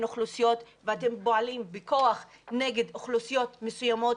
אוכלוסיות ואתם פועלים בכוח נגד אוכלוסיות מסוימות.